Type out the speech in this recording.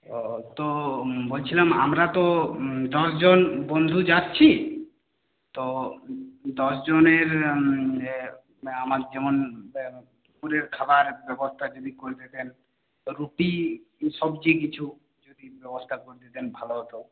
ও তো বলছিলাম আমরা তো দশজন বন্ধু যাচ্ছি তো দশজনের আমার যেমন দুপুরের খাবার ব্যবস্থা যদি করে দিতেন রুটি কী সবজি কিছু যদি ব্যবস্থা করে দিতেন ভালো হতো